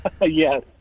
yes